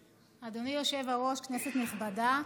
היושב-ראש, כנסת נכבדה,